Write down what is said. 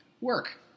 work